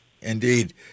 Indeed